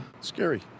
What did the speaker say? Scary